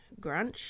grunch